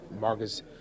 Marcus